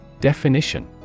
Definition